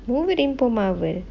wolverine pun Marvel